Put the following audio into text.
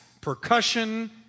percussion